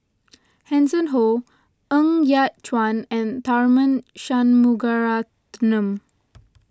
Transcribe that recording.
Hanson Ho Ng Yat Chuan and Tharman Shanmugaratnam